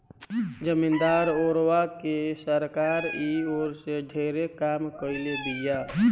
जमीदारी ओरवा के सरकार इ ओर में ढेरे काम कईले बिया